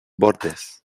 bordes